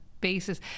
basis